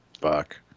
fuck